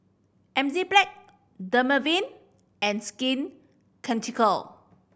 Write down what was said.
Enzyplex Dermaveen and Skin Ceutical